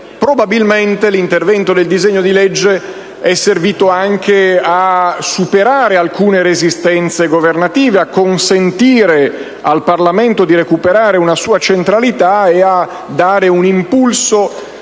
Probabilmente, la scelta del disegno di legge è servita anche a superare alcune resistenze governative e a consentire al Parlamento di recuperare una sua centralità, dando impulso